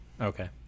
okay